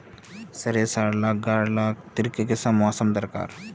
सरिसार ला गार लात्तिर की किसम मौसम दरकार?